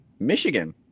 michigan